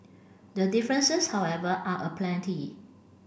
the differences however are aplenty